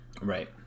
Right